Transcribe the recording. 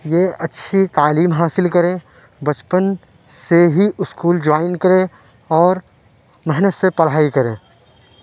یہ اچھی تعلیم حاصل کریں بچپن سے ہی اسکول جوائن کریں اور محنت سے پڑھائی کریں